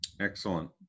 Excellent